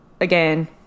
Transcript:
again